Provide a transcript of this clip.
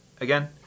again